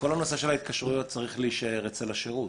כל הנושא של ההתקשרויות צריך להישאר בשירות.